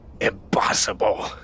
impossible